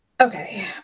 Okay